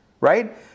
right